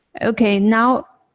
ok, now